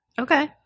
Okay